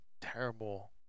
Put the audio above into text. terrible